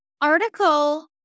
Article